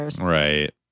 Right